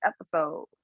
episode